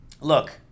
look